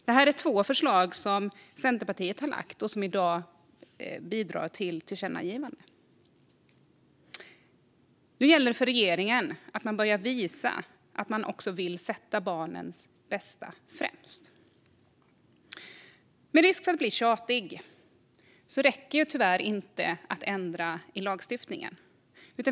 Detta är två förslag som Centerpartiet har lagt fram och som i dag bidrar till tillkännagivandet. Nu gäller det för regeringen att man börjar visa att man också vill sätta barnens bästa främst. Med risk för att bli tjatig vill jag säga att det tyvärr inte räcker med att ändra i lagstiftningen.